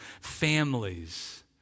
families